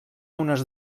unes